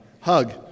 Hug